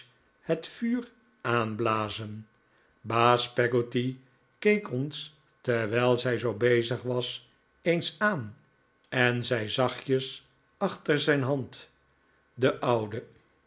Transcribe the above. het vuur aanblazen baas peggotty keek ons terwijl zij zoo bezig was eens aan en zei zachtjes achter zijn hand de oude